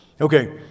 Okay